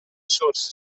source